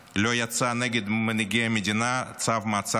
לא יצא נגד מנהיגי המדינה צו מעצר בין-לאומי,